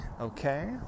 Okay